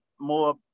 more